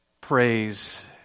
praise